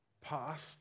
past